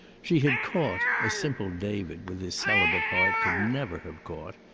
she had caught, as simple david with his celibate heart could never have caught,